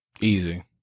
Easy